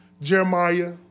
Jeremiah